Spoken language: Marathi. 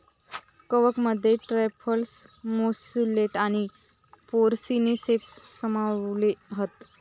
कवकमध्ये ट्रफल्स, मत्सुटेक आणि पोर्सिनी सेप्स सामावले हत